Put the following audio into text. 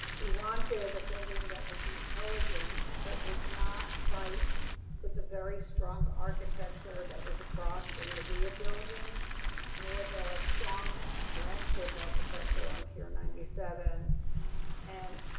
we wanted a building that would be elegant but would not fight with a very strong architecture that was across in the via building nor the strong landscape architecture on pure ninety seven and